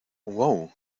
uau